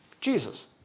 Jesus